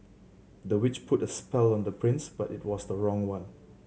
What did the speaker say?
the witch put a spell on the prince but it was the wrong one